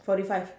forty five